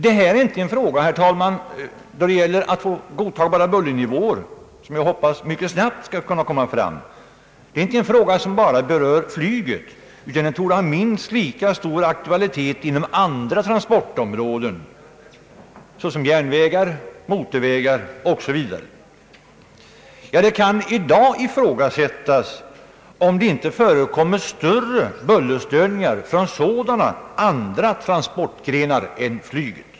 Det här är inte en fråga, herr talman, som bara berör flyget, utan den torde ha minst lika stor aktualitet på andra transportområden, såsom «järnvägar, motorvägar osv. Det kan i dag ifrågasättas om det inte förekommer större bullerstörningar från andra transportgrenar än flyget.